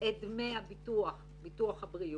את דמי ביטוח הבריאות